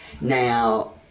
Now